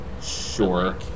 Sure